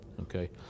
Okay